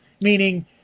meaning